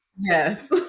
yes